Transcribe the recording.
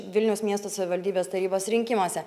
vilniaus miesto savivaldybės tarybos rinkimuose